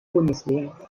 bundeswehr